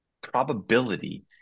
probability